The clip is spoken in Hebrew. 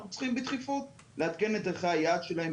אנחנו צריכים בדחיפות לעדכן את ערכי היעד שלהם,